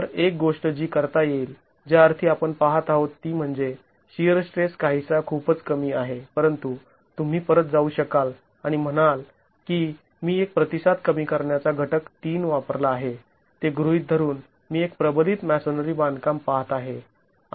तर एक गोष्ट जी करता येईल ज्या अर्थी आपण पाहत आहोत ती म्हणजे शिअर स्ट्रेस काहीसा खूपच कमी आहे परंतु तुम्ही परत जाऊ शकाल आणि म्हणाल की मी एक प्रतिसाद कमी करण्याचा घटक ३ वापरला आहे ते गृहीत धरून मी एक प्रबलित मॅसोनरी बांधकाम पाहत आहे